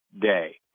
Day